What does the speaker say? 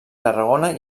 tarragona